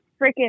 freaking